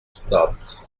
stopped